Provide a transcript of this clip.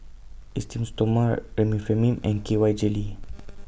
Esteem Stoma Remifemin and K Y Jelly